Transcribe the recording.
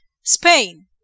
Spain